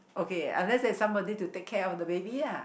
okay unless has somebody to take care of the baby lah